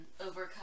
overcome